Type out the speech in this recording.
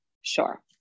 sure